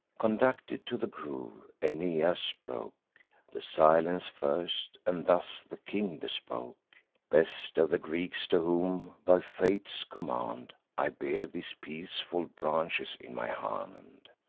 conducted to the grove, aeneas broke the silence first, and thus the king bespoke best of the greeks, to whom, by fate's command, i bear these peaceful branches in my hand,